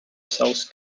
south